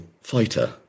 fighter